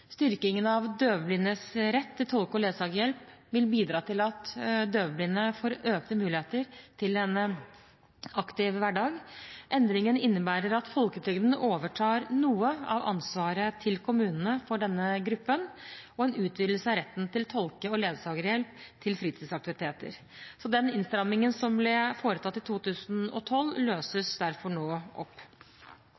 Styrkingen av døvblindes rett til tolke- og ledsagerhjelp vil bidra til at døvblinde får økte muligheter til en aktiv hverdag. Endringen innebærer at folketrygden overtar noe av ansvaret til kommunene for denne gruppen, og en utvidelse av retten til tolke- og ledsagerhjelp til fritidsaktiviteter. Innstrammingen som ble foretatt i 2012,